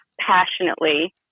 passionately